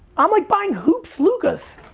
i'm like buying hoops lukas.